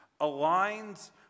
aligns